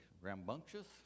rambunctious